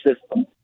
system